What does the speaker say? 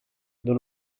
dans